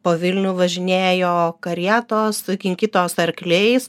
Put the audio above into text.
po vilnių važinėjo karietos kinkytos arkliais